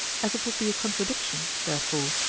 as it would be a contradiction, therefore,